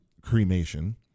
cremation